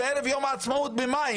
בערב יום העצמאות במאי,